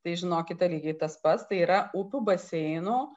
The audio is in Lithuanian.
tai žinokite lygiai tas pats tai yra upių baseino